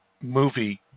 movie